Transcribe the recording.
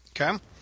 okay